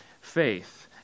faith